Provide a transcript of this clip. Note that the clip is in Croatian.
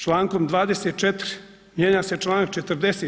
Člankom 24. mijenja se članak 40.